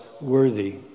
worthy